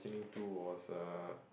to was uh